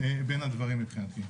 בין הדברים מבחינתי.